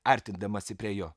artindamasi prie jo